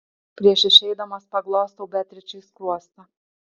prieš išeidamas paglostau beatričei skruostą